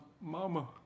Mama